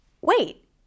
wait